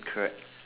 correct